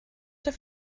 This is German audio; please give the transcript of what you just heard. der